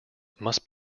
must